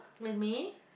with me